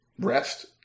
rest